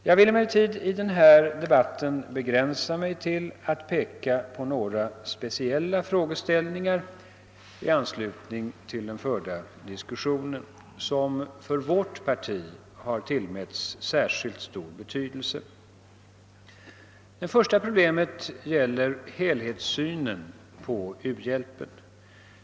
Jag vill i den här debatten begränsa mig till att peka på några speciella frågeställningar som av vårt parti har tillmätts särskilt stor betydelse. Det första problemet gäller helhetssynen på u-hjälpen.